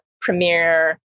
premiere